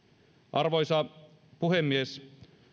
arvoisa puhemies